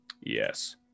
Yes